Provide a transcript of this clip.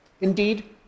Indeed